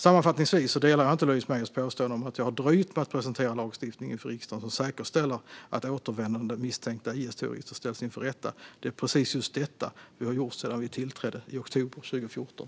Sammanfattningsvis instämmer jag inte i Louise Meijers påstående om att jag har dröjt med att presentera lagstiftning inför riksdagen som säkerställer att återvändande misstänkta IS-terrorister ställs inför rätta. Det är precis just detta vi har gjort sedan vi tillträdde i oktober 2014.